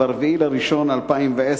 ב-4 בינואר 2010,